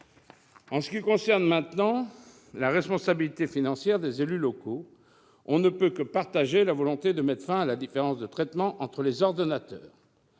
En ce qui concerne la responsabilité financière des élus locaux, on ne peut que partager la volonté de mettre fin à la différence de traitement entre les ordonnateurs,